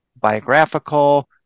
biographical